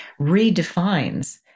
redefines